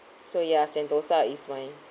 so ya sentosa is my